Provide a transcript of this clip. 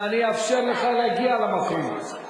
אני אאפשר לך להגיע למקום.